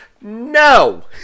No